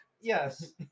yes